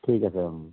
ঠিক আছে অঁ